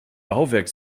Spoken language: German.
bauwerk